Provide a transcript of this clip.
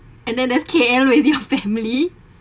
and then there's K_L ready for family